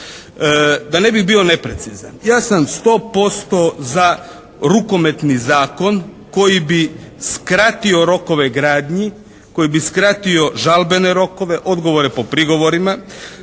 Da ne bih bio neprecizan ja sam 100% za rukometni zakon koji bi skratio rokove gradnji, koji bi skratio žalbene rokove, odgovore po prigovorima